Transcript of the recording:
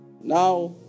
Now